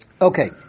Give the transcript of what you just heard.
Okay